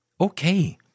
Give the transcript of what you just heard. okay